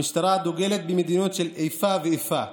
המשטרה דוגלת במדיניות של איפה ואיפה.